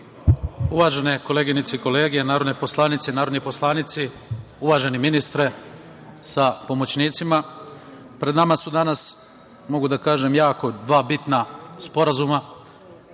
Uvažene koleginice i kolege, narodne poslanice i narodni poslanici, uvaženi ministre sa pomoćnicima, pred nama su danas, mogu da kažem jako dva bitna sporazuma.